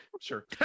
sure